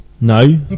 No